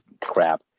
crap